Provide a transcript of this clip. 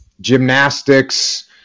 gymnastics